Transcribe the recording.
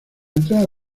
entrada